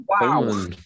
Wow